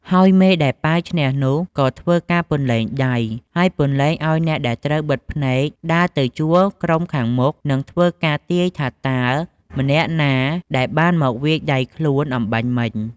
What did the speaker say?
ហើយមេដែលប៉ាវឈ្នះនោះក៏ធ្វើការពន្លែងដៃ ហើយពន្លែងឲ្យអ្នកដែលត្រូវបិទភ្នែកដើរទៅជួរក្រុមខាងមុខ និងធ្វើការទាយថាតើម្នាក់ណាដែលបានមកវាយដៃខ្លួនអំបាញ់មិញ។